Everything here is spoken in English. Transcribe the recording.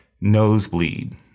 nosebleed